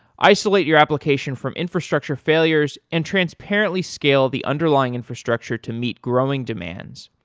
isolate your application from infrastructure failures and transparently scale the underlying infrastructure to meet growing demands,